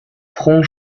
front